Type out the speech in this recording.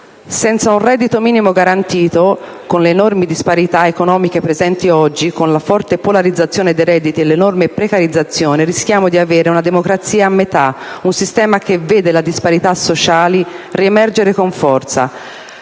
Senza un reddito minimo garantito, con le enormi disparità economiche presenti oggi, con la forte polarizzazione dei redditi e l'enorme precarizzazione, rischiamo di avere una democrazia a metà, un sistema che vede le disparità sociali riemergere con forza.